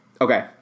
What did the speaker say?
Okay